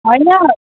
होइन